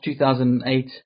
2008